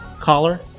collar